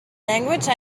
language